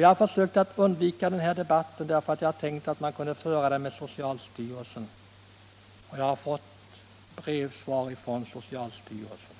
Jag har försökt undvika denna debatt för jag trodde man kunde föra den med socialstyrelsen. Jag har fått brevsvar från so cialstyrelsen.